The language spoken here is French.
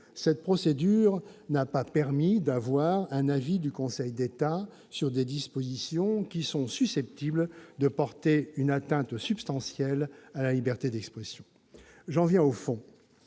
accélérée n'a pas permis d'avoir un avis du Conseil d'État sur des dispositions qui sont susceptibles de porter une atteinte substantielle à la liberté d'expression. Ces précisions